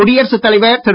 குடியரசுத் தலைவர் திரு